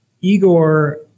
Igor